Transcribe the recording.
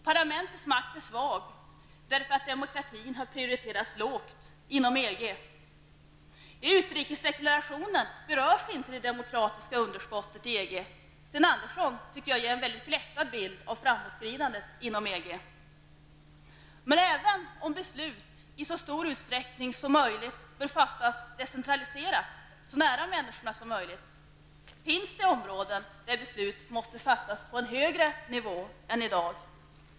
Parlamentets makt är svag, därför att demokratin har prioriterats lågt inom EG. I utrikesdeklarationen berörs inte det demokratiska underskottet i EG. Sten Andersson ger en väldigt glättad bild av framåtskridandet inom Men även om beslut i så stor utsträckning som möjligt bör fattas decentraliserat, och så nära människorna som möjligt, finns det områden där beslut måste fattas på en högre nivå än i dag.